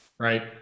Right